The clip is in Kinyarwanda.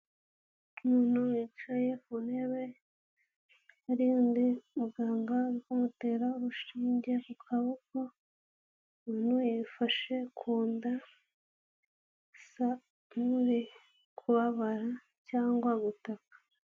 Umuntu wicaye ku ntebe, hari undi muganga ari kumutera urushinge ku kaboko, umwe yafashe ku nda ngo amurinde kubabara cyangwa gutaka.